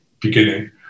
beginning